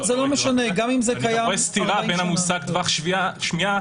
אני גם רואה סתירה בין המושג טווח שמיעה